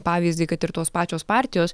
pavyzdį kad ir tos pačios partijos